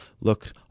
look